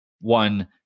one